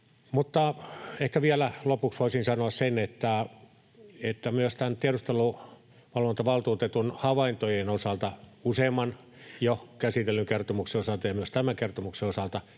Ehkä vielä lopuksi voisin sanoa sen, että myös tämän tiedusteluvalvontavaltuutetun havaintojen osalta, useamman jo käsitellyn kertomuksen osalta, ja myös tämän kertomuksen osalta